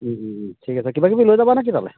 ঠিক আছে কিবা কিবি লৈ যাবনে কি তালৈ